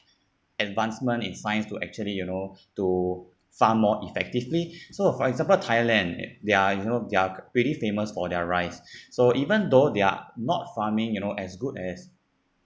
advancement in science to actually you know to far more effectively so for example thailand they are you know they're pretty famous for their rice so even though they are not farming you know as good as